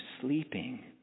sleeping